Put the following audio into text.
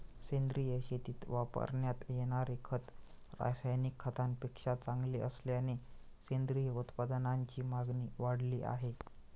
सेंद्रिय शेतीत वापरण्यात येणारे खत रासायनिक खतांपेक्षा चांगले असल्याने सेंद्रिय उत्पादनांची मागणी वाढली आहे